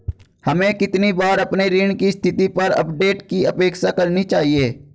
हमें कितनी बार अपने ऋण की स्थिति पर अपडेट की अपेक्षा करनी चाहिए?